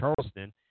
Charleston